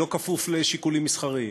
שלא כפוף לשיקולים מסחריים,